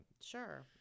Sure